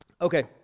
okay